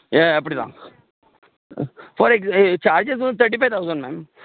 ஏ அப்படி தான் ஃபார் எக் ஏ சார்ஜஸ் வந்து தேர்ட்டி ஃபைவ் தவுசண்ட் மேம்